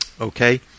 Okay